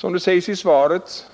Som det sägs i svaret